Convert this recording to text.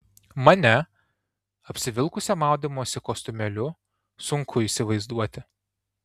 mane apsivilkusią maudymosi kostiumėliu sunku įsivaizduoti